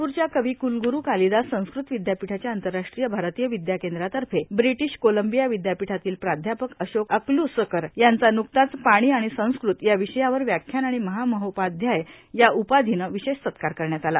नागपुरच्या कविकुलगुरू कालिदास संस्कृत विद्यापीठाच्या आंतरराष्ट्रीय भारतीय विद्याकेंद्रातर्फे ब्रिटीश कोलंबिया विद्यापीठातील प्राध्यापक अशोक अकलुसकर यांचा ब्रुकताच पाणी आणि संस्कृत या विषयावर व्याख्यान आणि महामहोपाध्याय या उपाधीनं विशेष सत्कार करण्यात आला